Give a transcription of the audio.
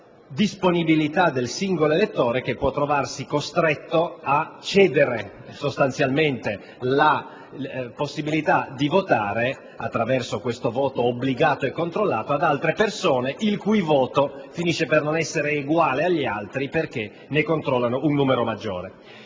disponibilità del singolo elettore, che può trovarsi costretto a cedere, sostanzialmente, la possibilità di votare, attraverso un voto obbligato e controllato, ad altre persone, il cui voto finisce per non essere eguale a quello degli altri, perché ne controllano un numero maggiore.